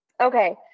okay